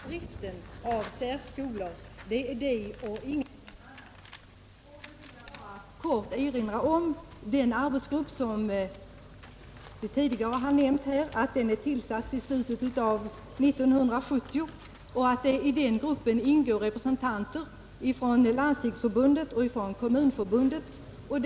Herr talman! Vad vi nu diskuterar är ju frågan om bidrag till driften av särskolor och ingenting annat. Då vill jag bara kort påminna om den arbetsgrupp som tidigare har nämnts här och som tillsattes i slutet av 1970. I den gruppen ingår representanter från Landstingsförbundet och Kommunförbundet och skolöverstyrelsen.